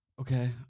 Okay